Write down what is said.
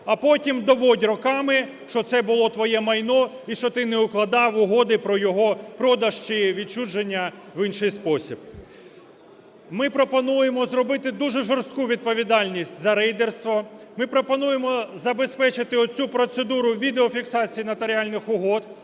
А потім доводь роками, що це було твоє майно і що ти не укладав угоди про його продаж чи відчуження в інший спосіб. Ми пропонуємо зробити дуже жорстку відповідальність за рейдерство. Ми пропонуємо забезпечити оцю процедуру відеофіксації нотаріальних угод